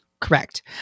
correct